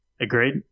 Agreed